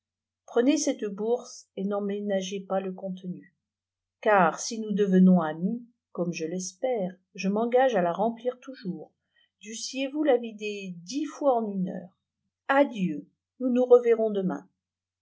prenez cette bourse et n'en ménagez pas le contenu car si nous devenons amis comme je l'espère je m'engage à la remplir toujours dussiez-vous la vider dix fois en une heure adieu nous nous reverrons demain